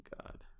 god